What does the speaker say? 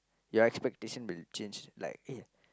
your expectations will change like eh